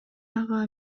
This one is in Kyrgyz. ага